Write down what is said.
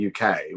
UK